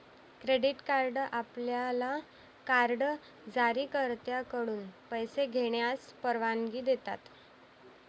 credit card आपल्याला card जारीकर्त्याकडून पैसे घेण्यास परवानगी देतात